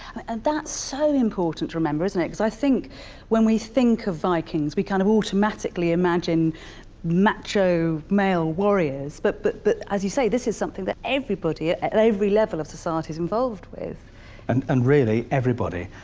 and that's so important to remember isn't it, because i think when we think of vikings we kind of automatically imagine macho male warriors but but but as you say this is something that everybody at every level of society is involved with and and really everybody